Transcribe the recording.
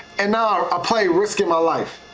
and now a play risking my life.